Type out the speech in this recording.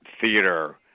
theater